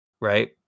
Right